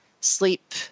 sleep